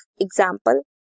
example